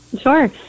Sure